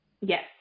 Yes